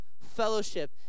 fellowship